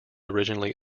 originally